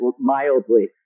mildly